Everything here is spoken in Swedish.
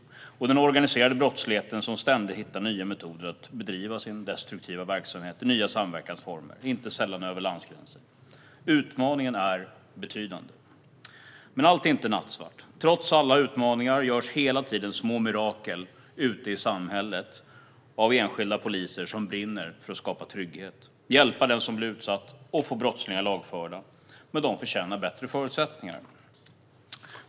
Det finns också den organiserade brottsligheten som ständigt hittar nya metoder att bedriva sin destruktiva verksamhet i nya samverkansformer, inte sällan över landsgränser. Utmaningen är betydande. Men allt är inte nattsvart. Trots alla dessa utmaningar görs hela tiden små mirakel ute i samhället av enskilda poliser som brinner för att skapa trygghet, hjälpa den som blir utsatt och att få brottslingar lagförda. Men de förtjänar bättre förutsättningar.